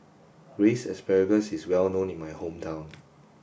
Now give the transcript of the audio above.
braised asparagus is well known in my hometown